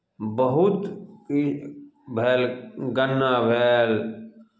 बहुत ई भेल गन्ना भेल